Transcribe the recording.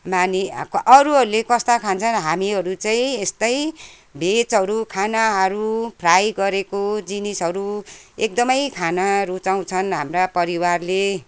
नानी अरूहरूले कस्ता खान्छन् हामीहरू चाहिँ यस्तै भेजहरू खानाहरू फ्राई गरेको जिनिसहरू एकदमै खाना रुचाउँछन् हाम्रा परिवारले